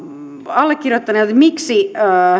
allekirjoittaneelta miksi